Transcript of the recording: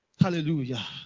hallelujah